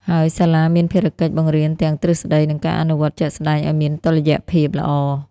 ហើយសាលាមានភារកិច្ចបង្រៀនទាំង ទ្រឹស្ដី និង ការអនុវត្តន៍ជាក់ស្ដែង ឱ្យមានតុល្យភាពល្អ។